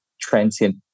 transient